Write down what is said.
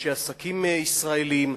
אנשי עסקים ישראלים,